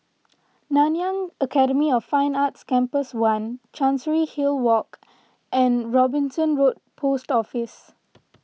Nanyang Academy of Fine Arts Campus one Chancery Hill Walk and Robinson Road Post Office